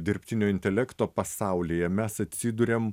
dirbtinio intelekto pasaulyje mes atsiduriam